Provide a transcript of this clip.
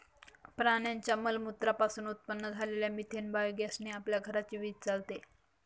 प्राण्यांच्या मलमूत्रा पासून उत्पन्न झालेल्या मिथेन बायोगॅस ने आपल्या घराची वीज चालते